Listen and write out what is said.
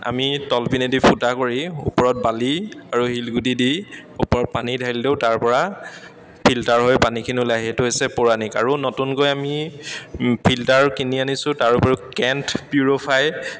আমি তলপিনেদি ফুটা কৰি ওপৰত বালি আৰু শিলগুটি দি ওপৰত পানী ঢালি দিওঁ তাৰপৰা ফিল্টাৰ হৈ পানীখিনি ওলাই সেইটো হৈছে পৌৰাণিক আৰু নতুনকৈ আমি ফিল্টাৰ কিনি আনিছোঁ তাৰ উপৰিও কেণ্ট পিউৰিফাই